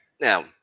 Now